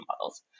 models